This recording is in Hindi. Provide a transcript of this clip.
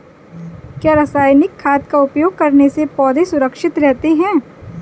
क्या रसायनिक खाद का उपयोग करने से पौधे सुरक्षित रहते हैं?